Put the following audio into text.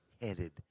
headed